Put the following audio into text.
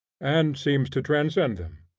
and seems to transcend them.